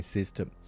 System